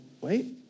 Wait